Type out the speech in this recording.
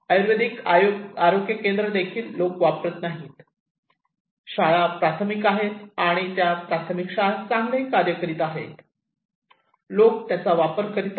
आयुर्वेदिक आरोग्य केंद्र देखील लोक वापरत नाहीत शाळा प्राथमिक आहेत आणि त्या प्राथमिक शाळा चांगले कार्य करीत आहेत लोक त्याचा वापर करीत आहेत